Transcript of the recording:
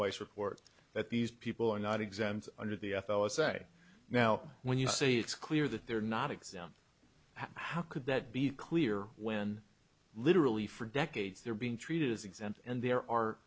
weiss report that these people are not exams under the f l a say now when you say it's clear that they're not exempt how could that be clear when literally for decades they're being treated as exempt and there are